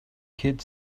kid